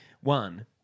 One